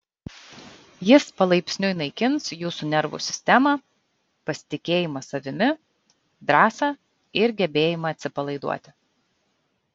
jis palaipsniui naikins jūsų nervų sistemą pasitikėjimą savimi drąsą ir gebėjimą atsipalaiduoti